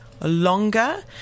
longer